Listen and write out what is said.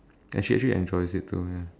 and she actually enjoys it too ya